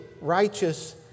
righteous